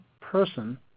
person